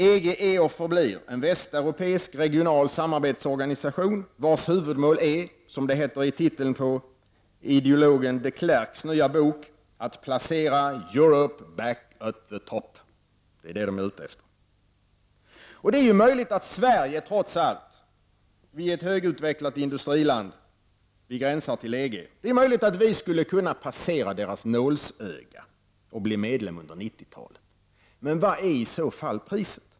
EG är och förblir en västeuropeisk regional samarbetsorganisation vars huvudmål är, som det heter i titeln på ideologen de Clercqs nya bok, att placera ''Europe back at the top''. Det är det man är ute efter. Det är möjligt att Sverige trots allt -- ett högutvecklat industriland som gränsar till EG -- skulle kunna passera EGs nålsöga och bli medlem under 90-talet. Men vad är i så fall priset?